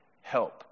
help